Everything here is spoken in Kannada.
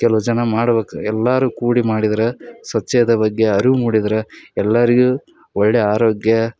ಕೆಲವು ಜನ ಮಾಡ್ಬೇಕು ಎಲ್ಲರೂ ಕೂಡಿ ಮಾಡಿದ್ರೆ ಸ್ವಚ್ಛತೆಯ ಬಗ್ಗೆ ಅರಿವು ಮೂಡಿದ್ರೆ ಎಲ್ಲರಿಗೂ ಒಳ್ಳೆಯ ಆರೋಗ್ಯ